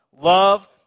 Love